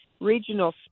regional